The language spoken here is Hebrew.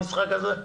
במשחק הזה?